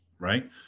right